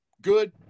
good